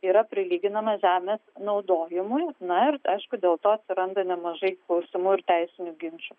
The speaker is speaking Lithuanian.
yra prilyginamas žemės naudojimui na ir aišku dėl to atsiranda nemažai klausimų ir teisinių ginčų